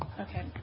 Okay